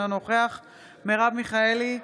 אינו נוכח מרב מיכאלי,